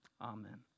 Amen